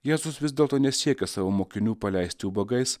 jėzus vis dėlto nesiekia savo mokinių paleisti ubagais